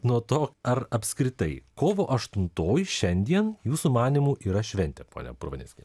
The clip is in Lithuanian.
nuo to ar apskritai kovo aštuntoji šiandien jūsų manymu yra šventė ponia purvaneckiene